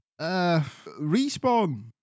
Respawn